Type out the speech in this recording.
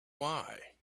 why